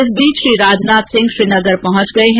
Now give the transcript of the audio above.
इस बीच श्री राजनाथ सिंह श्रीनगर पहुंच गये हैं